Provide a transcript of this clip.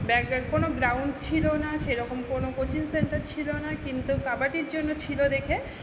back কোনো ground ছিলো না সেরকম কোনো কোচিং সেন্টার ছিলো না কিন্তু কাবাডির জন্য ছিলো দেখে